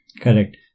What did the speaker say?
Correct